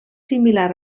similar